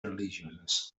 religioses